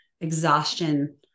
exhaustion